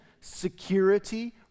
security